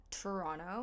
Toronto